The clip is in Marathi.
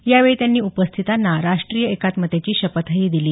यावेळी त्यांनी उपस्थितांना राष्टीय एकात्मतेची शपथही दिली